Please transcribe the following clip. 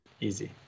Easy